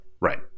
Right